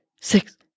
six